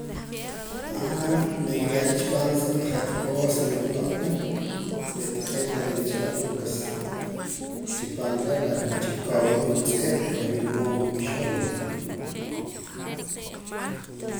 niruye'ra chi paam sa p'ajik' cosa wula ro'na re' taqee' narilacha ro'na pues chi paam re' reh chikowona juntz'ip reh wula mood niqak'uxum.